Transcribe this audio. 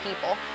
people